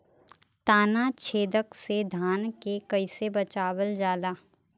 ताना छेदक से धान के कइसे बचावल जाला?